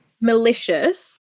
Malicious